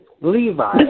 Levi